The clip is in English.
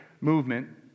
movement